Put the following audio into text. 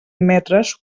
metres